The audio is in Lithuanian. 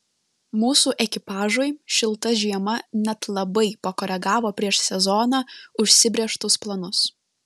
mūsų ekipažui šilta žiema net labai pakoregavo prieš sezoną užsibrėžtus planus